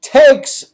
takes